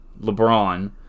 LeBron